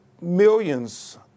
millions